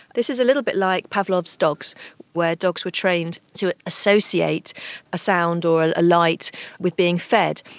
this is a little bit like pavlov's dogs were dogs were trained to associate a sound or a light with being fed,